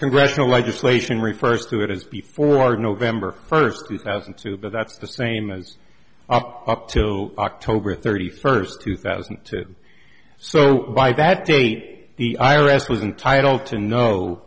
congressional legislation refers to it as before november first two thousand and two but that's the same as up to october thirty first two thousand and two so by that date the i r s was entitle to know